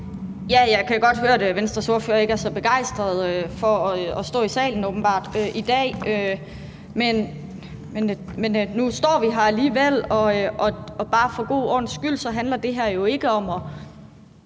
Jeg kan godt høre, at Venstres ordfører åbenbart ikke er så begejstret for at stå i salen i dag, men nu står vi her alligevel, og bare for god ordens skyld vil jeg sige, at